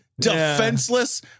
Defenseless